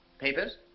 Papers